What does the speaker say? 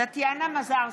טטיאנה מזרסקי,